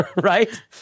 Right